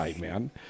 man